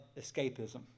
escapism